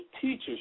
teachers